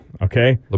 Okay